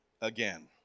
again